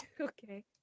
okay